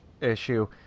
issue